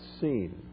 seen